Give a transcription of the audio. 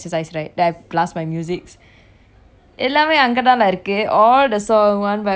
எல்லாமே அங்கேதான்:ellameh angetaan lah இருக்கு:irukku all the song one by one he remix is very nice I'll show you later